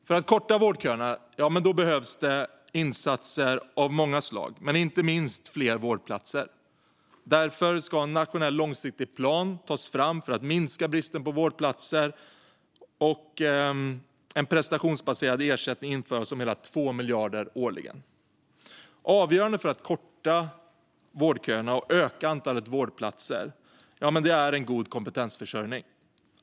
För att korta vårdköerna behövs många insatser, inte minst fler vårdplatser. Därför ska en nationell långsiktig plan för att minska bristen på vårdplatser tas fram och en prestationsbaserad ersättning införas om hela 2 miljarder årligen. Avgörande för att korta vårdköerna och öka antalet vårdplatser är en god kompetensförsörjning.